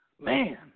Man